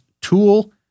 tool